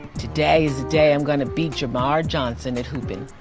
today is the day i'm gonna beat jamara johnson at hooping.